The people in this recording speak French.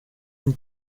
une